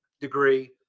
degree